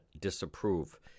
disapprove